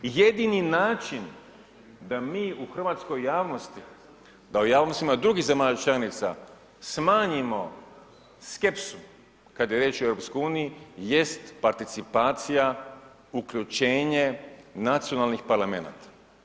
Jedini način da mi u hrvatskoj javnosti, da u javnostima drugih zemalja članica smanjimo skepsu kada je riječ o EU jest participacija, uključenje nacionalnih parlamenata.